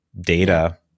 data